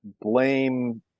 blame